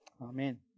Amen